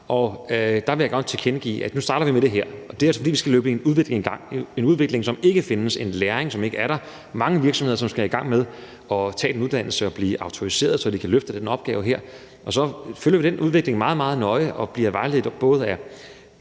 Der vil jeg bare tilkendegive, at nu starter vi med det her, og det er, fordi vi altså skal løbe en udvikling i gang, som ikke findes, og få en læring, som ikke er der. Der er mange virksomheder, hvor man skal i gang med at tage en uddannelse og blive autoriserede, så de kan løfte den opgave her, og så følger vi den udvikling meget, meget nøje og bliver vejledt af